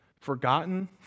forgotten